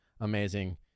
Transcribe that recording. amazing